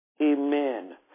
amen